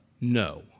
No